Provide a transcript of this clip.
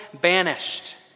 banished